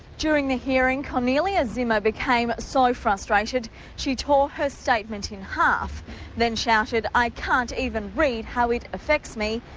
during the hearing kornelia zimmer became so frustrated she tore her statement in half, and then shouted, i can't even read how it affects me,